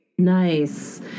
nice